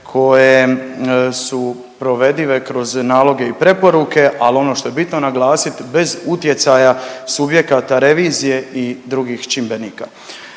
koje su provedive kroz naloge i preporuke, al ono što je bitno naglasit bez utjecaja subjekata revizije i drugih čimbenika.